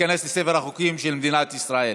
ותיכנס לספר החוקים של מדינת ישראל.